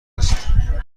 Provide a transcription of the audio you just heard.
است